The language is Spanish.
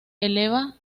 eleva